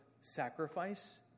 sacrifice